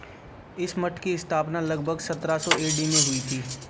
इस मठ की स्थापना लगभग सत्रह सौ ए डी में हुई थी